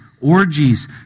orgies